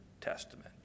Testament